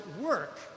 work